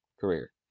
career